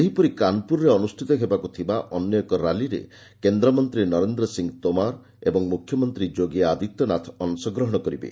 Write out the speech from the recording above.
ସେହିପରି କାନ୍ପୁରରେ ଅନୁଷ୍ଠିତ ହେବାକୁ ଥିବା ଅନ୍ୟ ଏକ ର୍ୟାଲିରେ କେନ୍ଦ୍ରମନ୍ତ୍ରୀ ନରେନ୍ଦ୍ର ସିଂହ ତୋମାର ଓ ମୁଖ୍ୟମନ୍ତ୍ରୀ ଯୋଗୀ ଆଦିତ୍ୟ ନାଥ ଅଂଶଗ୍ରହଣ କରିବେ